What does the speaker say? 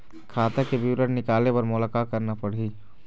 खाता के विवरण निकाले बर मोला का करना पड़ही?